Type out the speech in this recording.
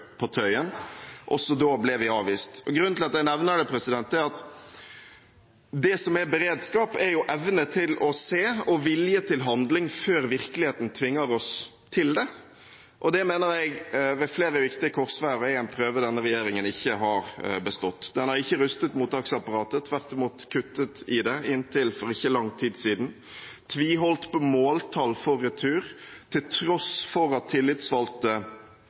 på Tøyen – også da ble vi avvist. Grunnen til at jeg nevner dette, er at beredskap er evne til å se og vilje til handling før virkeligheten tvinger oss til det. Det mener jeg ved flere viktige korsveier er en prøve denne regjeringen ikke har bestått. Den har ikke rustet mottaksapparatet – tvert imot kuttet i det inntil for ikke lang tid siden – tviholdt på måltall for retur til tross for at tillitsvalgte